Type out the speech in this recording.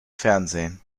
fernsehen